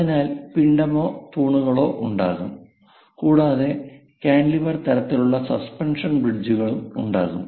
അതിനാൽ പിണ്ഡമോ തൂണുകളോ ഉണ്ടാകും കൂടാതെ ഒരു കാന്റിലിവർ തരത്തിലുള്ള സസ്പെൻഷൻ ബ്രിഡ്ജുകൾ ഉണ്ടാകും